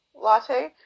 latte